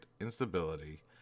instability